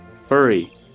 Furry